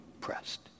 pressed